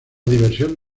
diversión